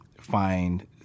find